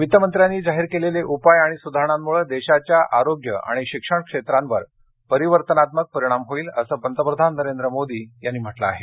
वित्तमंत्र्यांनी जाहीर केलेले उपाय आणि सुधारणांमुळे देशाच्या आरोग्य आणि शिक्षण क्षेत्रांवर परिवर्तनात्मक परिणाम होईल असं पंतप्रधान नरेंद्र मोदी यांनी म्हटलं आहे